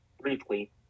briefly